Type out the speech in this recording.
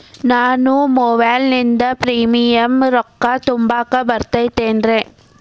ನಾನು ಮೊಬೈಲಿನಿಂದ್ ಪ್ರೇಮಿಯಂ ರೊಕ್ಕಾ ತುಂಬಾಕ್ ಬರತೈತೇನ್ರೇ?